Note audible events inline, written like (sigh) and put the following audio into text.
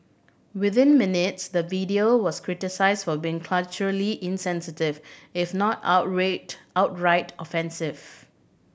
within minutes the video was criticised for being culturally insensitive if not (unintelligible) outright offensive